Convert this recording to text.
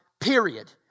period